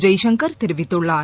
ஜெய்சங்கர் தெிவித்துள்ளார்